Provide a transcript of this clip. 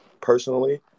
personally